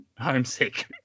homesick